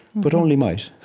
but only might.